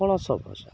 ପଣସ ଭଜା